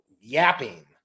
yapping